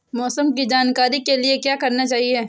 मौसम की जानकारी के लिए क्या करना चाहिए?